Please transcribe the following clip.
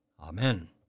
Amen